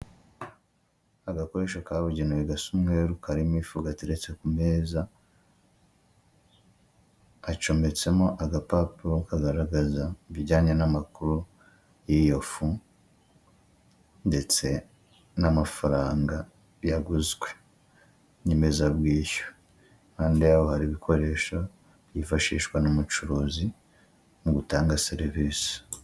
Agakoresho kabugenewe gasa umweru karimo ifu gateretse ku meza, hacometsemo agapapuro kagaragaza ibijyanye n'amakuru y'iyo fu ndetse n'amafaranga yaguzwe nyemezabwishyu, impande yaho hari ibikoresho byifashishwa n'umucuruzi mu gutanga serivisi.